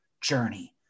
journey